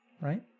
Right